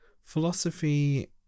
philosophy